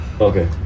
Okay